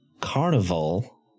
Carnival